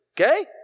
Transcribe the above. okay